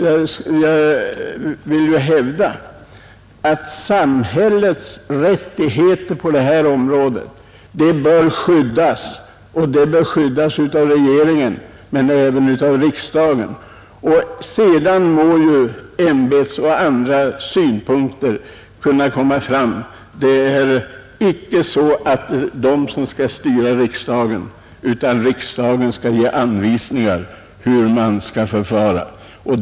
Jag vill hävda att samhällets rättigheter på detta område bör skyddas av regeringen liksom även av riksdagen. Sedan må också ämbetsmannamässiga och andra synpunkter kunna framföras, men det är icke de som skall styra kronan utan det är riksdagen som skall ge anvisningar om hur man skall förfara.